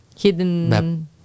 hidden